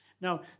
Now